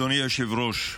אדוני היושב-ראש,